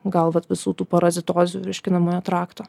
gal vat visų tų parazitozių virškinamojo trakto